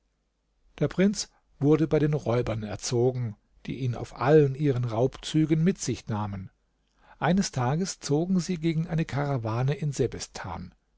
der prinz wurde bei den räubern erzogen die ihn auf allen ihren raubzügen mit sich nahmen eines tages zogen sie gegen eine karawane in